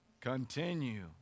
Continue